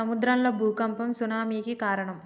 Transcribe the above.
సముద్రం లో భూఖంపం సునామి కి కారణం